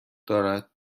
دارد